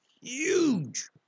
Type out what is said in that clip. huge